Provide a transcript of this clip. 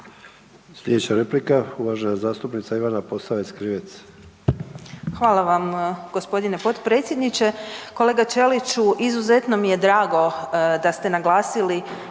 Slijedeća replika uvažena zastupnica Ivana Posavec Krivec.